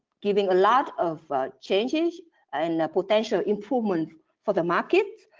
giving a lot of changes and potential improvements for the market,